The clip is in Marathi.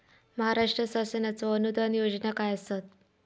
महाराष्ट्र शासनाचो अनुदान योजना काय आसत?